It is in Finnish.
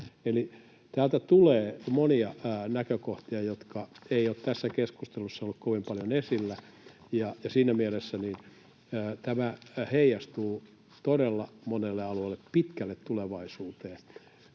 täältä tulee monia näkökohtia, jotka eivät ole tässä keskustelussa olleet kovin paljon esillä, ja siinä mielessä tämä heijastuu todella monelle alueelle pitkälle tulevaisuuteen.